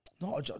No